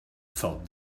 thought